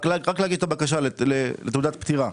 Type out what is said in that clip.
רק להגיש את הבקשה לתעודת פטירה.